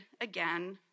again